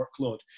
workload